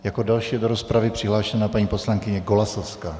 Jako další je do rozpravy přihlášena paní poslankyně Golasowská.